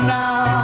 now